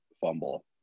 fumble